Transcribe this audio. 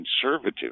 conservative